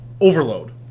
Overload